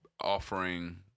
offering